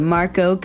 Marco